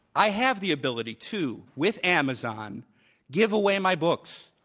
i have the ability to with amazon give away my books,